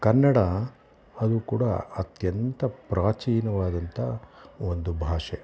ಕನ್ನಡ ಅದು ಕೂಡ ಅತ್ಯಂತ ಪ್ರಾಚೀನವಾದಂಥ ಒಂದು ಭಾಷೆ